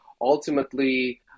ultimately